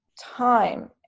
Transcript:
time